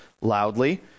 loudly